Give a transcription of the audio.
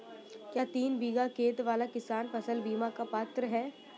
क्या तीन बीघा खेत वाला किसान फसल बीमा का पात्र हैं?